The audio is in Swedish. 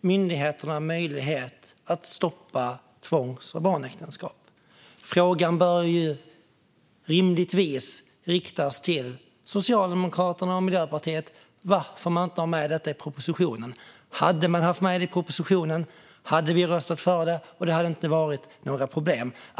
myndigheterna möjlighet att stoppa tvångs och barnäktenskap. Frågan om varför detta inte är med i propositionen bör rimligtvis riktas till Socialdemokraterna och Miljöpartiet. Hade man haft med det i propositionen hade vi röstat för det, och det hade inte varit några problem.